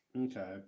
Okay